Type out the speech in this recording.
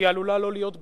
היא עלולה לא להיות בכלל.